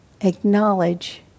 acknowledge